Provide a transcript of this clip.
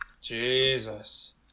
Jesus